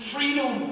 Freedom